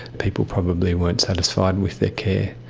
people probably weren't satisfied with their care.